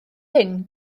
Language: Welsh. hyn